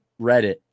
Reddit